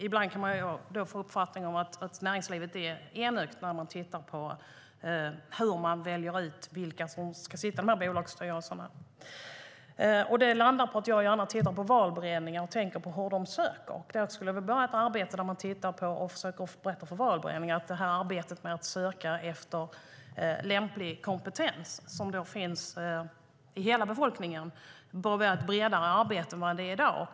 Ibland kan man få uppfattningen att näringslivet är enögt när man tittar på hur de väljer ut vilka som ska sitta i bolagsstyrelserna. Det landar i att jag gärna tittar på valberedningarna och tänker på hur de söker. De borde börja arbetet med att berätta för valberedningen att de ska söka efter lämplig kompetens som finns i hela befolkningen. Det borde vara ett bredare arbete än i dag.